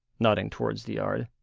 nodding towards the yard.